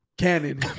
Cannon